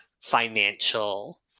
financial